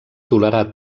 tolerar